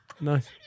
Nice